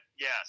yes